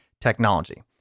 technology